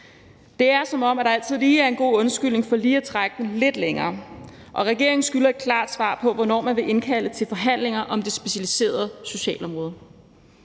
Det er, som om der altid er en god undskyldning for lige at trække den lidt længere, og regeringen skylder et klart svar på, hvornår man vil indkalde til forhandlinger om det specialiserede socialområde.